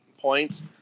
points